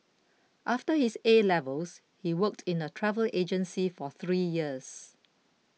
after his A levels he worked in a travel agency for three years